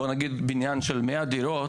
למשל בניין של 100 דירות,